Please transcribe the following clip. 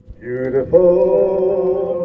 Beautiful